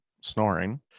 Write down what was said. snoring